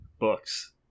books